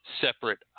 separate